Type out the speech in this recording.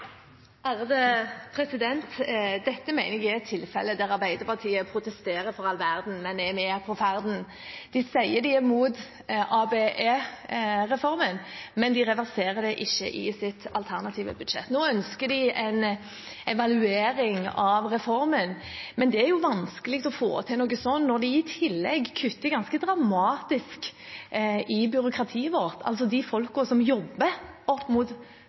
Dette mener jeg er et tilfelle der Arbeiderpartiet protesterer for all verden, men er med på ferden. De sier de er imot ABE-reformen, men de reverserer det ikke i sitt alternative budsjett. Nå ønsker de en evaluering av reformen, men det er jo vanskelig å få til noe sånt når de i tillegg kutter ganske dramatisk i byråkratiet vårt, altså de folkene som jobber opp mot